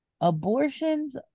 abortions